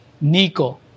Nico